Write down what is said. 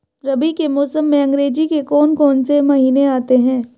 रबी के मौसम में अंग्रेज़ी के कौन कौनसे महीने आते हैं?